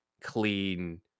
clean